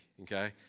Okay